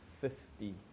fifty